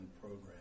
program